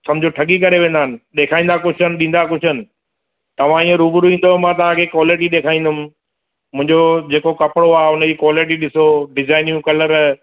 सम्झि ठॻी करे वेंदानि ॾेखारींदा कुझु आहिनि ॾींदा कुझु आहिनि तव्हां ईअं रूबरू ईंदव मां तव्हां खे कॉलिटी ॾेखारींदुमि मुंहिंजो जेको कपिड़ो आहे उनजी कॉलिटी ॾिसो डिज़ाइनियूं कलर